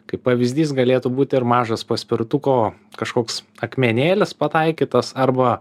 kaip pavyzdys galėtų būti ir mažas paspirtuko kažkoks akmenėlis pataikytas arba